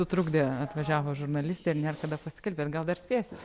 sutrukdė atvažiavo žurnalistė ir nėr kada pasikalbėt gal dar spėsit